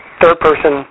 third-person